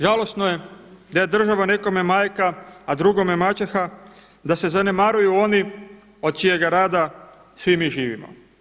Žalosno je da je država nekome majka a drugome maćeha, da se zanemaruju oni od čijega rada svi mi živimo.